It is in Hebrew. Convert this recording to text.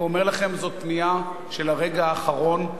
ואומר לכם: זאת פנייה של הרגע האחרון.